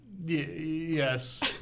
Yes